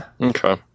Okay